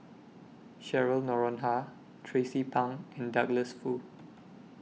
Cheryl Noronha Tracie Pang and Douglas Foo